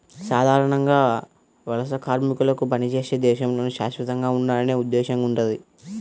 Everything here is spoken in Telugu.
సాధారణంగా వలస కార్మికులకు పనిచేసే దేశంలోనే శాశ్వతంగా ఉండాలనే ఉద్దేశ్యం ఉండదు